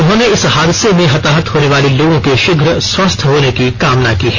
उन्होंने इस हादसे में हताहत होने वाले लोगों के शीघ्र स्वस्थ्य होने की कामना की है